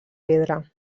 pedra